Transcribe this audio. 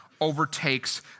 overtakes